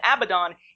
Abaddon